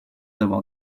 d’avoir